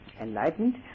enlightened